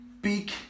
big